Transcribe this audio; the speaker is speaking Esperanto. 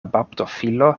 baptofilo